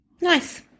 nice